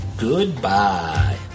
Goodbye